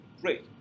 great